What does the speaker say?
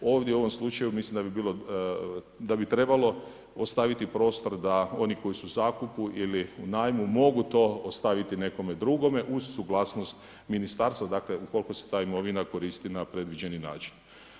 Ovdje u ovom slučaju mislim da bi trebalo ostaviti prostor da oni koji su u zakupu ili u najmu mogu to ostaviti nekome drugome uz suglasnost ministarstva dakle ukoliko se ta imovina koristi na predviđeni način.